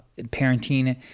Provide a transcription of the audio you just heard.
parenting